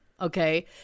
okay